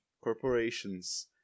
corporations